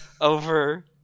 over